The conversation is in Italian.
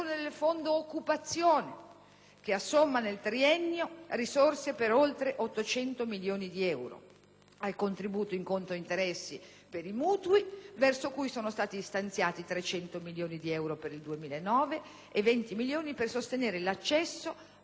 (che assomma nel triennio risorse per oltre 800 milioni di euro), al contributo in conto interessi per i mutui (verso cui sono stati stanziati 300 milioni di euro per il 2009 e 20 milioni per sostenere l'accesso alle case in locazione).